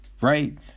right